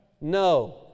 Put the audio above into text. No